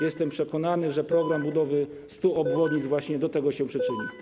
Jestem przekonany, że „Program budowy 100 obwodnic” właśnie do tego się przyczyni.